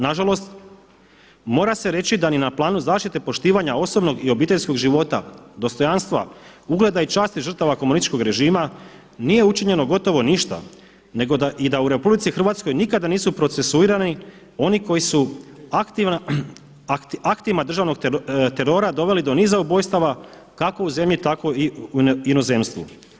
Nažalost, mora se reći da ni na planu zaštite poštivanja osobnog i obiteljskog života, dostojanstva, ugleda i časti žrtava komunističkog režima nije učinjeno gotovo ništa nego i da u RH nikada nisu procesuirani oni koji su aktima državnog terora doveli do niza ubojstava kako u zemlji tako i u inozemstvu.